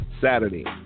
Saturday